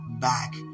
back